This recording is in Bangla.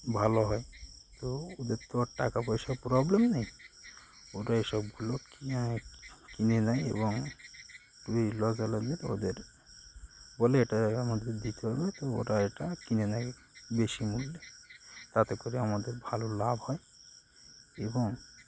ভালো হয় তো ওদের তো আর টাকা পয়সার প্রবলেম নেই ওরা এসবগুলো কিনে নেয় এবং ওদের বলি এটা আমাদের দিতে হবে তো ওটা এটা কিনে নেয় বেশি মূল্যে তাতে করে আমাদের ভালো লাভ হয় এবং